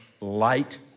light